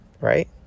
right